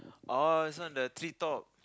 uh this one the Treetop